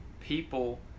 people